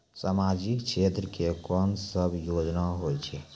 समाजिक क्षेत्र के कोन सब योजना होय छै?